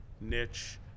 niche